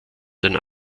den